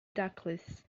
daclus